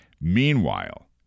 Meanwhile